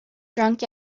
drunk